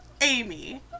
Amy